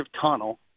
tunnel